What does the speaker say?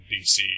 DC